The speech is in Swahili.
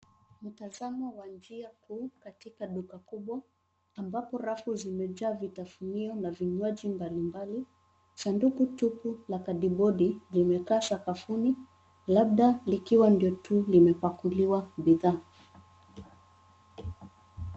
Mtazamo wa njia kuu katika duka kubwa ambapo rafu zimejaa vitafunio na vinywaji mbalimbali. Sanduku tupu la kadibodi limekaa sakafuni labda likiwa ndio tu limepakuliwa bidhaa.